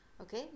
okay